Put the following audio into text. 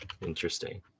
interesting